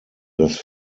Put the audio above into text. dass